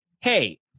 hey